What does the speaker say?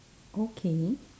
okay